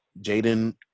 Jaden